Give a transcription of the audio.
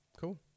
Cool